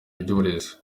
iby’uburezi